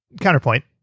Counterpoint